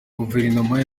guverinoma